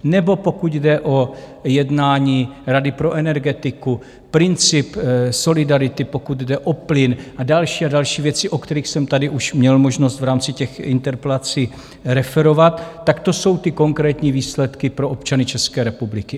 Nebo pokud jde o jednání rady pro energetiku, princip solidarity, pokud jde o plyn, a další a další věci, o kterých jsem tady už měl možnost v rámci interpelací referovat, to jsou konkrétní výsledky pro občany České republiky.